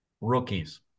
rookies